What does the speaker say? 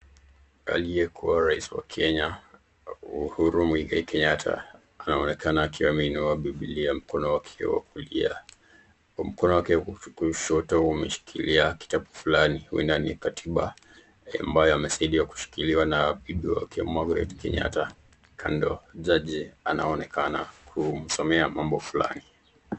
Aliyekuwa rais wa Kenya, Uhuru Muigai Kenyatta, anaonekana akiwa ameinua bibilia mkono wake wa kulia. Kwa mkono wake wa kushoto, umeshikilia kitabu fulani huenda ni katiba ambaye amesaidiwa kushikiliwa na bibi wake Margaret Kenyatta. Kando jaji anaonekana kumsomea mambo fulani.